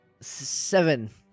seven